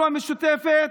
אנחנו, המשותפת,